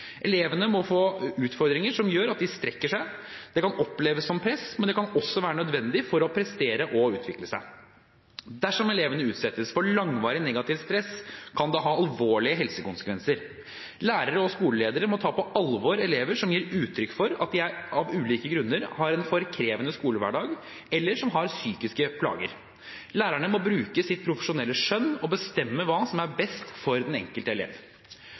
Elevene må få utfordringer som gjør at de strekker seg. Det kan oppleves som press, men det kan også være nødvendig for å prestere og utvikle seg. Dersom elevene utsettes for langvarig negativt stress, kan det ha alvorlige helsekonsekvenser. Lærere og skoleledere må ta på alvor elever som gir uttrykk for at de av ulike grunner har en for krevende skolehverdag, eller som har psykiske plager. Lærere må bruke sitt profesjonelle skjønn og bestemme hva som er best for den enkelte elev.